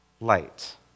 light